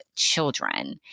Children